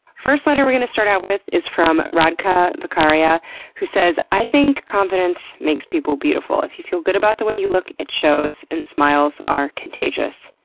first letter we're going to start out with is from radha vakharia who says, i think confidence makes people beautiful. you feel good about the way you look it shows, and smiles are contagious.